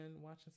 watching